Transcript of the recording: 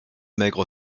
maigre